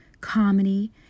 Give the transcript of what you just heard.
comedy